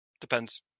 depends